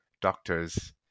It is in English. doctors